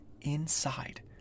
inside